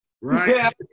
right